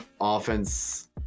offense